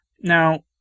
Now